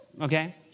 okay